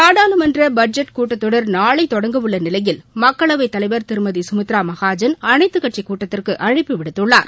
நாடாளுமன்ற பட்ஜெட் கூட்டத்தொடர் நாளை தொடங்க உள்ள நிலையில் மக்களவைத் தலைவர் திருமதி சுமித்ரா மகாஜன் அனைத்துக் கட்சிக் கூட்டத்திற்கு அழழப்பு விடுத்துள்ளார்